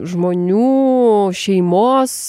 žmonių šeimos